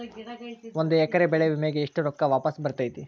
ಒಂದು ಎಕರೆ ಬೆಳೆ ವಿಮೆಗೆ ಎಷ್ಟ ರೊಕ್ಕ ವಾಪಸ್ ಬರತೇತಿ?